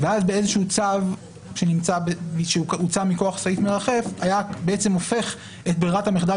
ואז באיזה שהוא צו שהוצא מכוח סעיף מרחף הוא היה הופך את ברירת המחדל